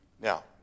Now